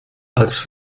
als